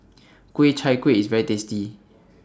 Ku Chai Kueh IS very tasty